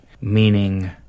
meaning